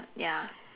ya